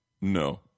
No